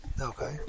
Okay